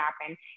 happen